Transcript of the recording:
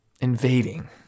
Invading